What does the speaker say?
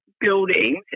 buildings